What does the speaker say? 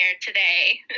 today